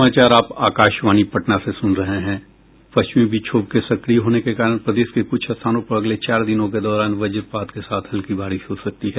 पश्चिमी विक्षोभ के सक्रिय होने के कारण प्रदेश के कुछ स्थानों पर अगले चार दिनों के दौरान वज्रपात के साथ हल्की बारिश हो सकती है